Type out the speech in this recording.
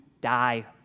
die